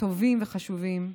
טובים וחשובים.